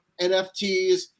NFTs